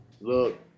Look